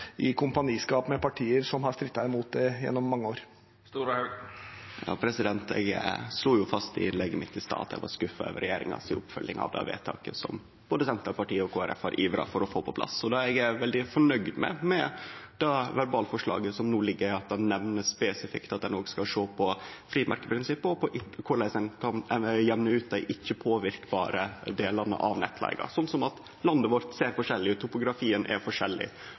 i kompaniskap med partier som har strittet imot det gjennom mange år? Eg slo jo fast i innlegget mitt i stad at eg var skuffa over regjeringa si oppfølging av det vedtaket, som både Senterpartiet og Kristeleg Folkeparti hadde ivra for å få på plass. Det eg er veldig fornøgd med med det verbalforslaget som no ligg føre, er at ein nemner spesifikt at ein òg skal sjå på frimerkeprinsippet og på korleis ein kan jamne ut dei delane av nettleiga som ikkje kan påverkast, som at landet vårt ser forskjellig ut, at topografien er forskjellig,